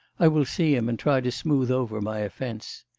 i will see him, and try to smooth over my offence.